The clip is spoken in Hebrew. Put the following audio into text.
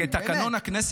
אפשרתי לך להגיב.